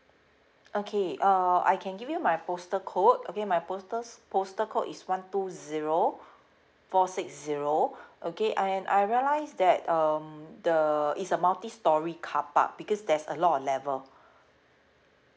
okay uh I can give you my postal code okay my postal postal code is one two zero four six zero okay and I realize that um the it's a multi storey carpark because there's a lot of level